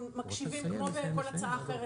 כמו בכל הצעה אחרת,